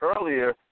earlier